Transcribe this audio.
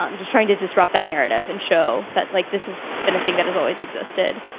um just trying to disrupt that narrative and show that like, this has been a thing that has always existed.